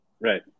right